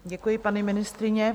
Děkuji, paní ministryně.